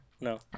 No